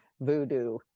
voodoo